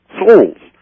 souls